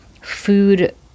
food